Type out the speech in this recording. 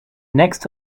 next